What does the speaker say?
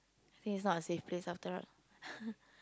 I think it's not a safe place after all